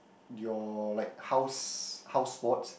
your like house house sports